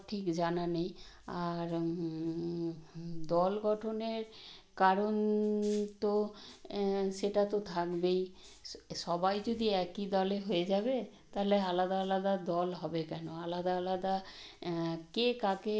এবং আমরা ভগবানকে পার্থনা করতে পারি সরস্বতী দেবী মাকে আমরা প্রার্থনা করে সব নিজেদের মনের কথা জানাতে পারি এবং যা আশা চাওয়া পাওয়া সব চাইতে পারি এবং আমরা পুষ্পাঞ্জলি দিই এবং কালী পুজো